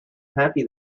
unhappy